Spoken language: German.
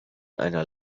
einer